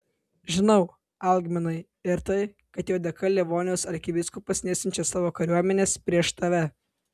žinau algminai ir tai kad jo dėka livonijos arkivyskupas nesiunčia savo kariuomenės prieš tave